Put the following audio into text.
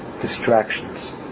distractions